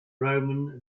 roman